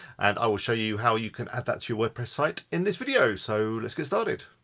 and i will show you how you can add that to your wordpress site in this video, so let's get started.